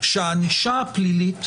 שהענישה הפלילית